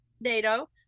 NATO